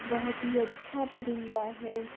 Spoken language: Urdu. بہت ہی اچھا پرندہ ہے